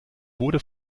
wurde